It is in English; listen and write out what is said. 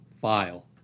file